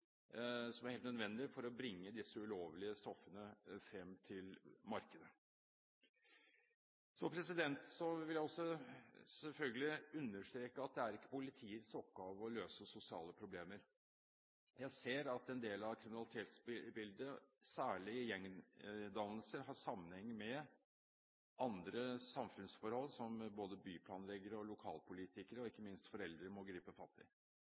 for å bringe disse ulovlige stoffene frem til markedet. Så vil jeg selvfølgelig understreke at det ikke er politiets oppgave å løse sosiale problemer. Jeg ser at en del av kriminalitetsbildet – særlig gjengdannelse – har sammenheng med andre samfunnsforhold, som både byplanleggere, lokalpolitikere og ikke minst foreldre må gripe fatt i.